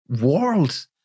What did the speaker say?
world